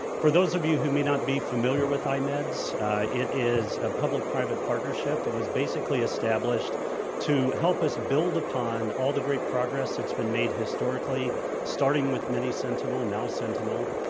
for those of you who may not be familiar with imeds it is a public-private partnership that was basically established to help us build upon all the great progress that's been made historically starting with mini-sentinel, now sentinel.